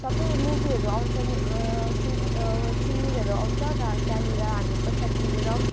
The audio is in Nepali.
सबै मुवीहरू आउँछन् सिरि सिरिजहरू आउँछ र त्यहाँनिर हामी पैसा तिरेर